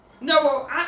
No